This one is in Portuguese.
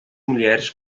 mulheres